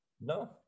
No